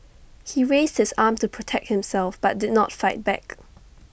he raised his arm to protect himself but did not fight back